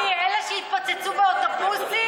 מי, אלה שהתפוצצו באוטובוסים?